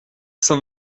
cent